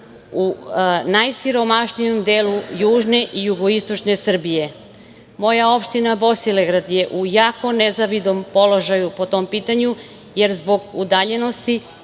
u najsiromašnijem delu južne i jugoistočne Srbije. Moja opština Bosilegrad je u jako nezavidnom položaju po tom pitanju, jer zbog udaljenosti